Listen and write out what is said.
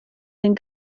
den